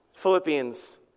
Philippians